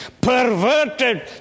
perverted